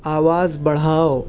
آواز بڑھاؤ